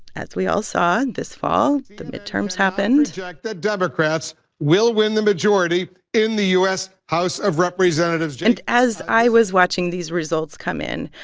as we all saw this fall, the midterms happened yeah like the democrats will win the majority in the u s. house of representatives and as i was watching these results come in,